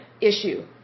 issue